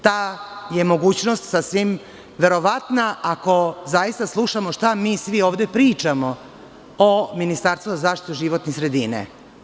Ta je mogućnost sasvim verovatna, ako zaista slušamo šta mi svi ovde pričamo o Ministarstvu za zaštitu životne sredine.